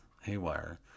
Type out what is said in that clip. haywire